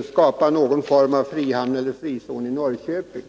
att skapa någon form av frihamn eller frizon i Norrköping.